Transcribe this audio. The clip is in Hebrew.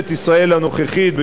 בשלוש השנים האחרונות,